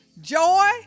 joy